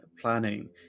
planning